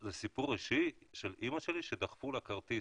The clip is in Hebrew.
זה סיפור אישי של אימא שלי שדחפו לה כרטיס